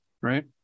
right